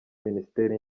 minisiteri